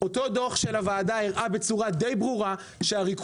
אותו דוח של הוועדה הראה בצורה די ברורה שהריכוזיות